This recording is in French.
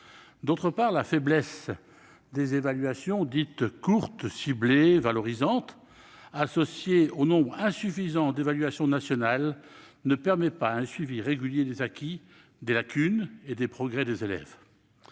ailleurs, la faiblesse des évaluations dites « courtes, ciblées et valorisantes », associée au nombre insuffisant d'évaluations nationales, ne permet pas un suivi régulier des acquis, des lacunes et des progrès des élèves.